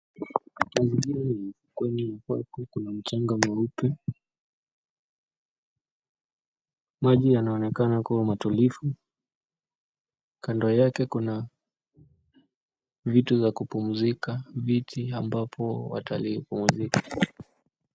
Mazingira ni ufukweni ambapo kuna mchanga mweupe. Maji yanaonekana kuwa matulivu. Kando yake kuna vitu za kupumzika; viti ambapo watalii hupumzika.